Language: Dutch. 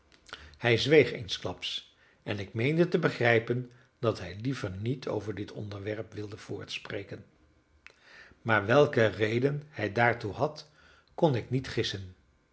hij zweeg eensklaps en ik meende te begrijpen dat hij liever niet over dit onderwerp wilde voortspreken maar welke reden hij daartoe had kon ik niet gissen